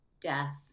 death